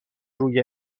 روی